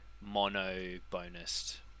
mono-bonus